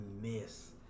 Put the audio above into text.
miss